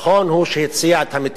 הוא שהציע את המתווה.